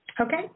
Okay